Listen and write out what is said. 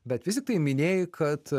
bet vis tiktai minėjai kad